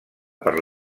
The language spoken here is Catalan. per